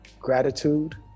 gratitude